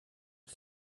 een